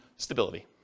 Stability